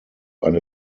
eine